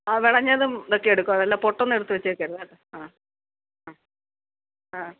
ആ വിളഞ്ഞതും ഇതൊക്കെ എടുക്കാവൊള്ളൂ അല്ല പൊട്ടൊന്നും എടുത്ത് വെച്ചേക്കരുത് കേട്ടോ ആ ആ ആ